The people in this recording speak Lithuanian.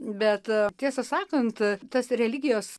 bet tiesą sakant tas religijos